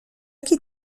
chi